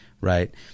right